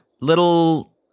Little